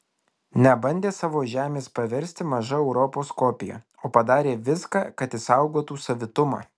nebandė savo žemės paversti maža europos kopija o padarė viską kad išsaugotų savitumą